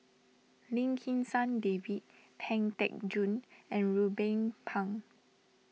Lim Kim San David Pang Teck Joon and Ruben Pang